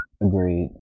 Agreed